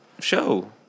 show